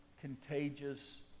contagious